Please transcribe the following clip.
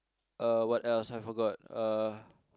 uh what else I forgot uh